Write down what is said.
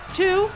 two